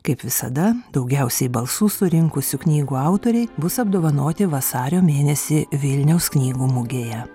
kaip visada daugiausiai balsų surinkusių knygų autoriai bus apdovanoti vasario mėnesį vilniaus knygų mugėje